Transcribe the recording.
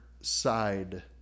side